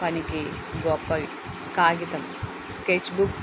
పనికి గొప్ప కాగితం స్కెచ్ బుక్